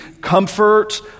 comfort